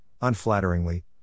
unflatteringly